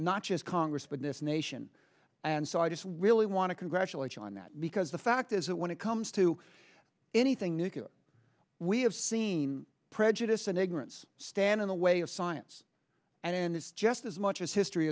just congress but this nation and so i just really want to congratulate you on that because the fact is that when it comes to anything new we have seen prejudice and ignorance stand in the way of science and it's just as much as history